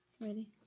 Ready